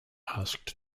asked